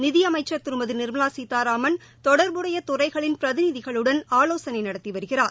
நிதியமைச்ச் திருமதி நிர்மலா சீதாராமன் தொடர்புடைய துறைகளின் பிரதிநிதிகளுடன் ஆலோசனை நடத்தி வருகிறார்